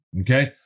Okay